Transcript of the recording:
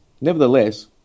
nevertheless